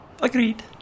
Agreed